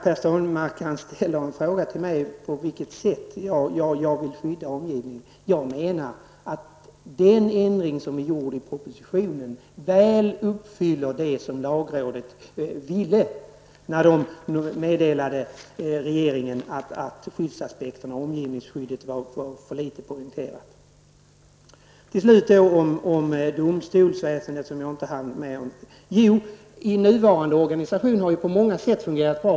Per Stenmarck frågade på vilket sätt jag vill skydda omgivningen. Jag menar att den ändring som återfinns i propositionen väl överensstämmer med vad lagråde vill. Lagrådet har ju meddelat regeringen att skyddsaspekterna och omgivningsskyddet har poängterats alltför litet. Till slut en kommentar om domstolsväsendet, som jag inte riktigt hann beröra tidigare. Ja, nuvarande organisation har på många sätt fungerat bra.